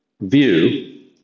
view